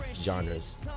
genres